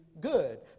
good